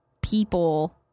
people